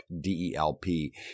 D-E-L-P